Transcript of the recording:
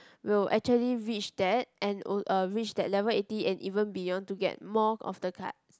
will actually reach that and o~ uh reach that level eighty and even beyond to get more of the cards